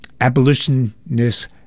abolitionist